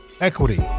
equity